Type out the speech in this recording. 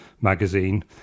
magazine